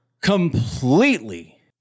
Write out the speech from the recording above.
completely